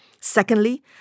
Secondly